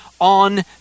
on